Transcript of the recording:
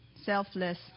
selfless